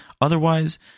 Otherwise